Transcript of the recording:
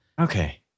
Okay